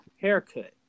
haircut